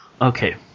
Okay